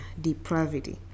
depravity